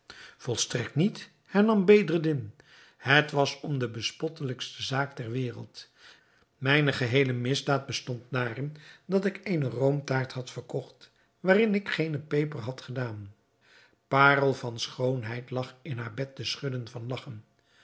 volstrekt niet hernam bedreddin het was om de bespottelijkste zaak der wereld mijne geheele misdaad bestond daarin dat ik eene roomtaart had verkocht waarin ik geene peper had gedaan parel van schoonheid lag in haar bed te schudden van lagchen